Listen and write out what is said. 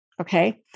Okay